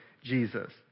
Jesus